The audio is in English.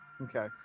Okay